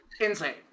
insane